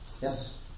Yes